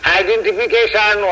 identification